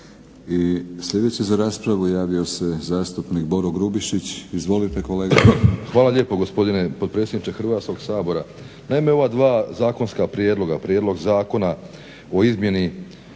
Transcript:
I sljedeći za raspravu javio se zastupnik Boro Grubišić. Izvolite kolega. **Grubišić, Boro (HDSSB)** Hvala lijepo gospodine potpredsjedniče Hrvatskog sabora. Naime, ova dva zakonska prijedloga, Prijedlog zakona o izmjeni